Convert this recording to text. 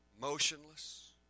motionless